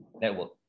network